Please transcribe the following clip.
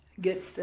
get